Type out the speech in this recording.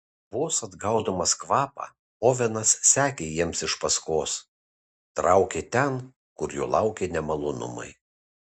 vos atgaudamas kvapą ovenas sekė jiems iš paskos traukė ten kur jo laukė nemalonumai